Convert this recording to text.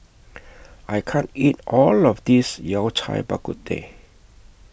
I can't eat All of This Yao Cai Bak Kut Teh